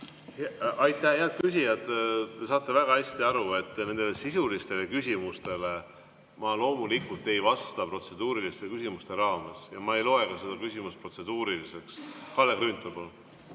Aitäh! Head küsijad, te saate väga hästi aru, et nendele sisulistele küsimustele ma loomulikult ei vasta protseduuriliste küsimuste raames. Ma ei loe seda küsimust protseduuriliseks. Kalle Grünthal,